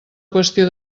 qüestió